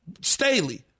Staley